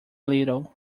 little